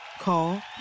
Call